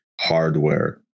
hardware